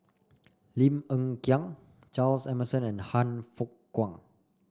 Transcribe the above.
Lim Hng Kiang Charles Emmerson and Han Fook Kwang